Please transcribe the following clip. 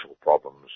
problems